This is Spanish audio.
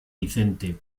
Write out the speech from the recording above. vicente